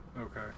okay